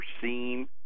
seen